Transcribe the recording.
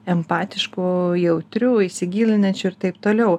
empatišku jautriu įsigilinančiu ir taip toliau